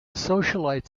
socialite